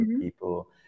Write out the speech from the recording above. people